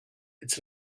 its